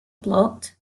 blocked